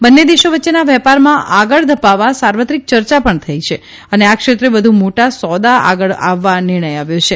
બંને દેશો વચ્ચેના વેપારમાં આગળ ધપવા સાર્વત્રિક ચર્ચા થઇ છે અને આ ક્ષેત્રે વધુ મોટા સોદા માટે આગળ આવવા નિર્ણય થયો છે